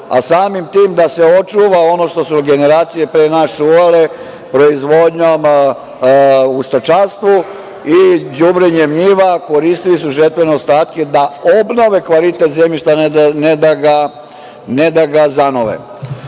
a samim tim da se očuva ono što su generacije pre nas čuvale, proizvodnjom u stočarstvu i đubrenjem njiva, koristili su žetvene ostatke da obnove kvalitet zemljišta ne da ga zanove